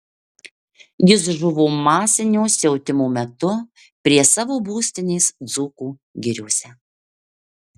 jis žuvo masinio siautimo metu prie savo būstinės dzūkų giriose